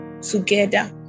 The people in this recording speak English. together